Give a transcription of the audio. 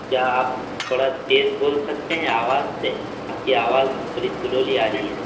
کیا آپ تھوڑا تیز بول سکتے ہیں آواز سے آپ کی آواز تھوڑی سلولی آ رہی ہے